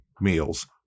meals